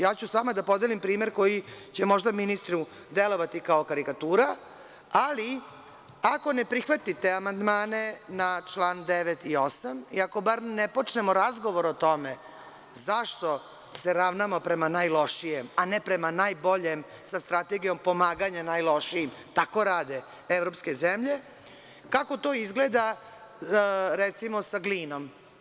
Ja ću sa vama da podelim primer koji će možda ministru delovati kao karikatura, ali ako ne prihvatite amandmane na član 9. i 8. ili ako bar ne počnemo razgovor o tome zašto se ravnamo prema najlošijem a ne prema najboljem sa strategijom pomaganja najlošijim, tako rade evropske zemlje, kako to izgleda, recimo, sa glinom.